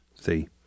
See